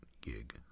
gig